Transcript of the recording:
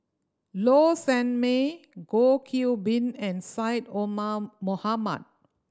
Low Sanmay Goh Qiu Bin and Syed Omar Mohamed